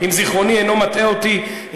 אם זיכרוני אינו מטעה אותי,